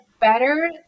better